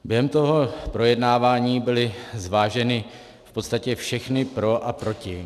Během toho projednávání byly zváženy v podstatě všechna pro a proti.